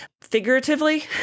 figuratively